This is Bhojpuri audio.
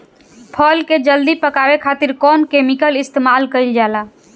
फल के जल्दी पकावे खातिर कौन केमिकल इस्तेमाल कईल जाला?